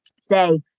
say